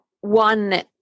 one